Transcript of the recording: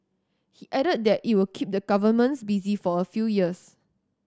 he added that it will keep the governments busy for a few years